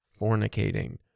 fornicating